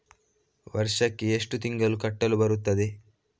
ವರ್ಷಕ್ಕೆ ಎಷ್ಟು ತಿಂಗಳು ಕಟ್ಟಲು ಬರುತ್ತದೆ?